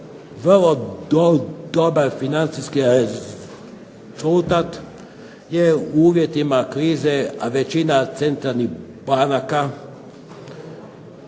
vrlo dobar financijski rezultat, jer u uvjetima krize većina centralnih banaka